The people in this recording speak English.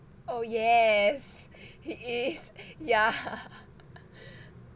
oh yes he is yeah